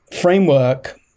framework